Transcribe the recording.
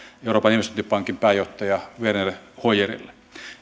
euroopan investointipankin pääjohtajalle werner hoyerille